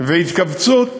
והתכווצות